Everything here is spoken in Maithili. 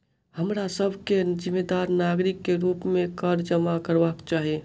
हमरा सभ के जिम्मेदार नागरिक के रूप में कर जमा करबाक चाही